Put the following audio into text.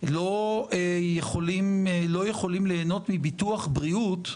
לא יכולים להנות מביטוח בריאות,